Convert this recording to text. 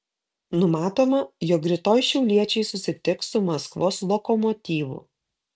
numatoma jog rytoj šiauliečiai susitiks su maskvos lokomotyvu